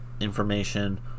information